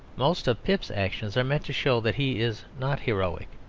most of pip's actions are meant to show that he is not heroic.